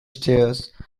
stairs